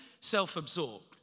self-absorbed